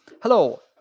Hello